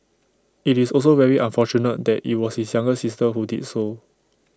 IT is also very unfortunate that IT was his younger sister who did so